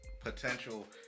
potential